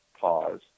pause